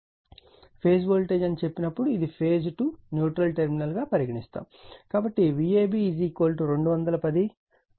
phase voltage అని చెప్పినప్పుడు ఇది ఫేజ్ టు న్యూట్రల్ టెర్మినల్ గా పరిగణిస్తారు